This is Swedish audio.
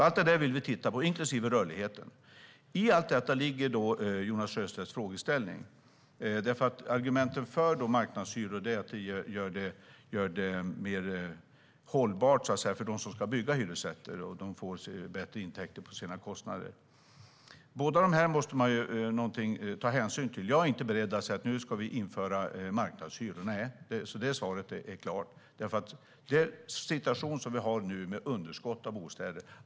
Allt detta vill vi titta på, inklusive rörligheten. I allt detta ligger Jonas Sjöstedts frågeställning. Argumenten för marknadshyror är att det gör det mer hållbart för dem som ska bygga hyresrätter. De får bättre intäkter för sina kostnader. Båda dessa saker måste man ta hänsyn till. Jag är inte beredd att säga: Nu ska vi införa marknadshyror. Det svaret är klart. Den situation som vi har nu är underskott av bostäder.